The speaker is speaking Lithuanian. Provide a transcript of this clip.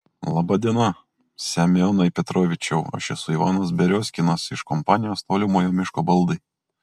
laba diena semionai petrovičiau aš esu ivanas beriozkinas iš kompanijos tolimojo miško baldai